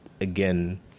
again